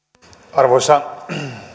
arvoisa